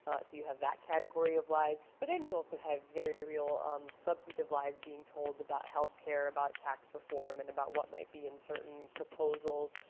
you have that category of lies. but then you also have very real um substantive lies being told about health care, about tax reform, and about what might be in certain proposals.